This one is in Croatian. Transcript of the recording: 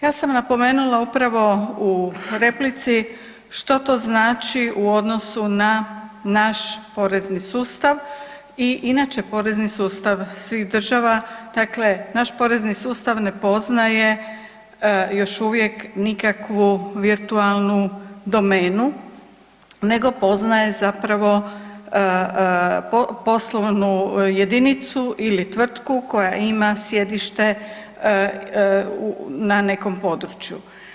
Ja sam napomenula upravo u replici što to znači u odnosu na naš porezni sustav i inače porezni sustav svih država, dakle naš porezni sustav ne poznaje još uvijek nikakvu virtualnu domenu nego poznaje zapravo poslovnu jedinicu ili tvrtku koja ima sjedište na nekom području.